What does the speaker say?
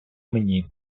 мені